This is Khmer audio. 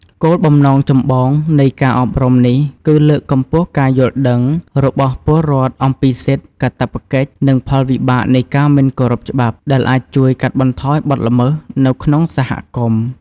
គោលបំណងចម្បងនៃការអប់រំនេះគឺ លើកកម្ពស់ការយល់ដឹង របស់ពលរដ្ឋអំពីសិទ្ធិ កាតព្វកិច្ច និងផលវិបាកនៃការមិនគោរពច្បាប់ ដែលអាចជួយ កាត់បន្ថយបទល្មើស នៅក្នុងសហគមន៍។